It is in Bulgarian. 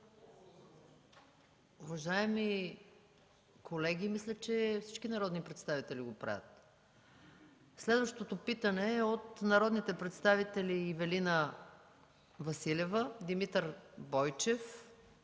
Уважаеми колеги, мисля, че всички народни представители го правят. Следващото питане е от народните представители Ивелина Василева, Димитър Бойчев,